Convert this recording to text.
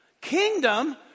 Kingdom